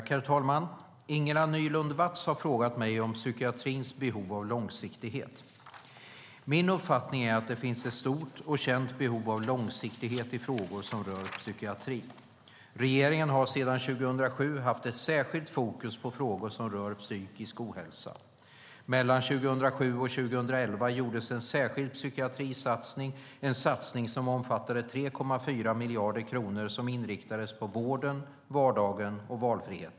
Herr talman! Ingela Nylund Watz har frågat mig om psykiatrins behov av långsiktighet. Min uppfattning är att det finns ett stort, och känt, behov av långsiktighet i frågor som rör psykiatrin. Regeringen har sedan 2007 haft ett särskilt fokus på frågor som rör psykisk ohälsa. Mellan 2007 och 2011 gjordes en särskild psykiatrisatsning, en satsning som omfattade 3,4 miljarder kronor som inriktades på vården, vardagen och valfriheten.